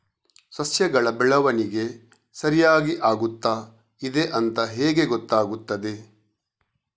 ಸಸ್ಯಗಳ ಬೆಳವಣಿಗೆ ಸರಿಯಾಗಿ ಆಗುತ್ತಾ ಇದೆ ಅಂತ ಹೇಗೆ ಗೊತ್ತಾಗುತ್ತದೆ?